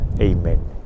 Amen